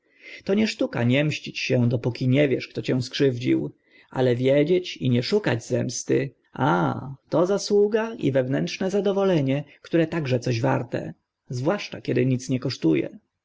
to nie sztuka nie mścić się dopóki nie wiesz kto cię skrzywdził ale wiedzieć i nie szukać zemsty a to zasługa i wewnętrzne zadowolenie które także coś warte zwłaszcza kiedy nic nie kosztu